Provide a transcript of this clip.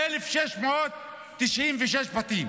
1,696 בתים,